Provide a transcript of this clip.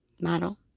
model